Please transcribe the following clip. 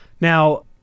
now